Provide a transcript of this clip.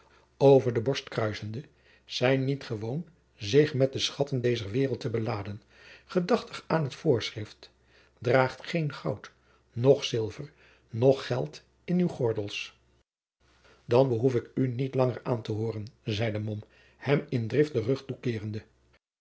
over de borst kruissende zijn niet gewoon zich met de schatten dezer waereld te beladen gedachtig aan het voorschrift nolite possidere aurum neque argentum neque pecuniam in uw gordels an behoef ik u niet langer aan te hooren zeide mom hem in drift den rug toekeerende